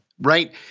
right